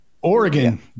Oregon